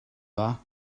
dda